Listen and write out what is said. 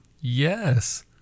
yes